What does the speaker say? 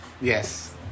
Yes